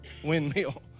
windmill